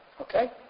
Okay